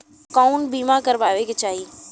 कउन बीमा करावें के चाही?